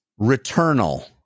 Returnal